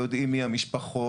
יודעים מי המשפחות,